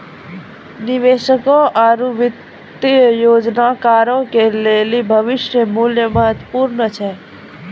निवेशकों आरु वित्तीय योजनाकारो के लेली भविष्य मुल्य महत्वपूर्ण छै